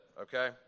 okay